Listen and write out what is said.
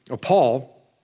Paul